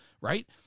right